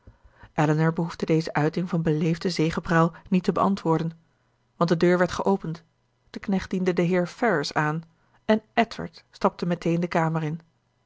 elinor behoefde deze uiting van beleefde zegepraal niet te beantwoorden want de deur werd geopend de knecht diende den heer ferrars aan en edward stapte meteen de kamer in